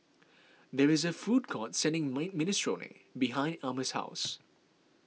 there is a food court selling mine Minestrone behind Almus' house